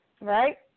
Right